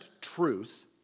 truth